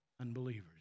unbelievers